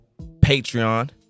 Patreon